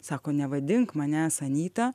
sako nevadink manęs anyta